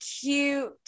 cute